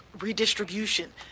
redistribution